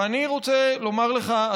ואני רוצה לומר לך,